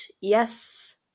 yes